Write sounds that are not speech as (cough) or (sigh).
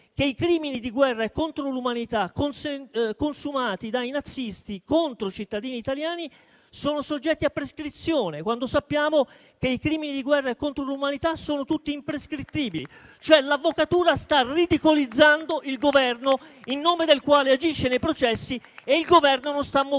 che i crimini di guerra e contro l'umanità consumati dai nazisti contro cittadini italiani sono soggetti a prescrizione, quando sappiamo che i crimini di guerra e contro l'umanità sono tutti imprescrittibili. (applause) L'Avvocatura sta ridicolizzando il Governo in nome del quale agisce nei processi e il Governo non sta muovendo